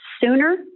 sooner